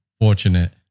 fortunate